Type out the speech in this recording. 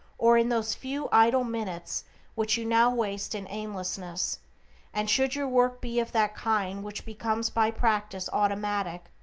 or in those few idle minutes which you now waste in aimlessness and should your work be of that kind which becomes by practice automatic,